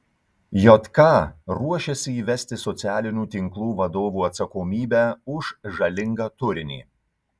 jk ruošiasi įvesti socialinių tinklų vadovų atsakomybę už žalingą turinį